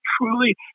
truly